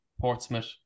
Portsmouth